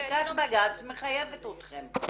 פסיקת בג"צ מחייבת אתכם.